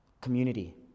community